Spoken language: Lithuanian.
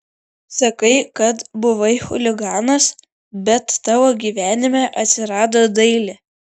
sakai kad buvai chuliganas bet tavo gyvenime atsirado dailė